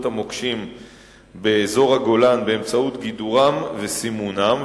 המוקשים באזור הגולן באמצעות גידורם וסימונם,